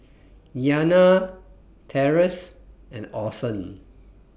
Iyanna Terence and Orson